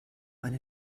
eine